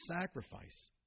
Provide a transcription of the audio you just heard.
sacrifice